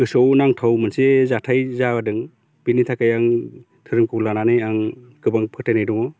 गोसोआव नांथाव मोनसे जाथाय जादों बिनि थाखाय आं धोरोमखौ लानानै आं गोबां फोथायनाय दङ